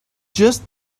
just